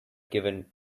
given